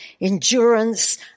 endurance